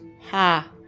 Ha